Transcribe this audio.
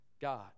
God